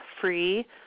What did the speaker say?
free